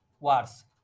words